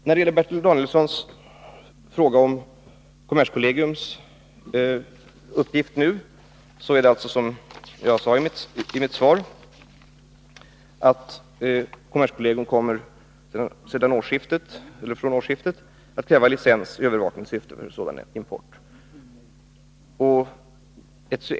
När det gäller Bertil Danielssons fråga om kommerskollegiums uppgift vill jag upprepa det jag sade i mitt svar, nämligen att kommerskollegium från årsskiftet kommer att kräva licens i övervakningssyfte för sådan här import.